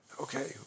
okay